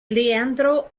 leandro